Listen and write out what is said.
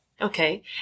Okay